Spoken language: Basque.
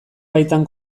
baitan